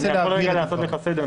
אני יכול לעשות לך סדר,